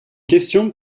question